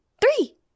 three